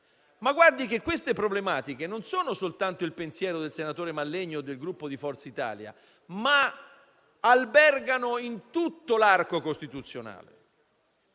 però che queste problematiche non sono soltanto il pensiero del senatore Mallegni o del Gruppo Forza Italia, ma albergano in tutto l'arco costituzionale.